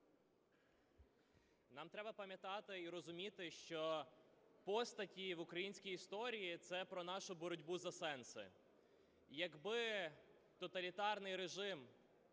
Нам треба пам'ятати і розуміти, що постаті в українській історії – це про нашу боротьбу за сенси. Якби тоталітарний режим